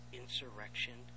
insurrection